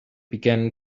began